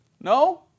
No